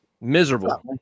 Miserable